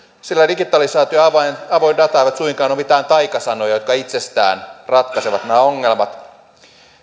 sillä digitalisaatio ja avoin data eivät suinkaan ole mitään taikasanoja jotka itsestään ratkaisevat nämä ongelmat